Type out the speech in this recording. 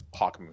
Hawkmoon